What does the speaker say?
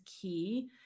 key